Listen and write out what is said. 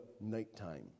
nighttime